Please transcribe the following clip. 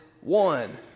one